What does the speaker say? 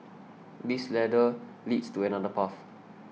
this ladder leads to another path